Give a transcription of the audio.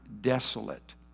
desolate